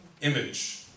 image